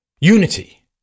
unity